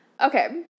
Okay